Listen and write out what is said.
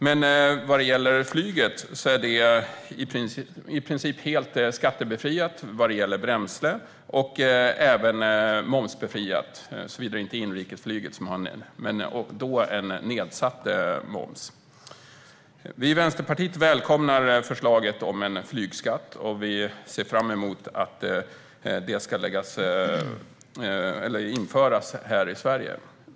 Men flyget är i princip helt skattebefriat vad gäller bränsle, och det är även momsbefriat, såvida det inte är inrikesflyget, som har en nedsatt moms. Vi i Vänsterpartiet välkomnar förslaget om en flygskatt. Vi ser fram emot att den ska införas här i Sverige.